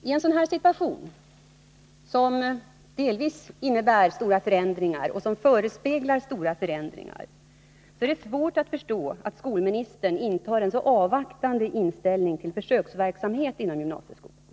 I en situation som denna, som innebär och förespegtlar stora förändringar, är det svårt att förstå att skolministern intar en så avvaktande hållning till försöksverksamhet inom gymnasieskolan.